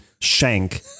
shank